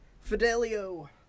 Fidelio